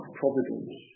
providence